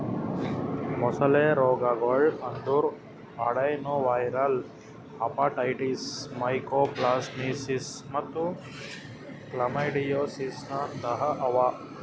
ಮೊಸಳೆ ರೋಗಗೊಳ್ ಅಂದುರ್ ಅಡೆನೊವೈರಲ್ ಹೆಪಟೈಟಿಸ್, ಮೈಕೋಪ್ಲಾಸ್ಮಾಸಿಸ್ ಮತ್ತ್ ಕ್ಲಮೈಡಿಯೋಸಿಸ್ನಂತಹ ಅವಾ